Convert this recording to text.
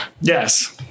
Yes